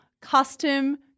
custom